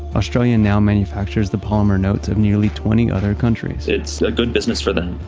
australia now manufactures the palmer notes of nearly twenty other countries. it's a good business for them.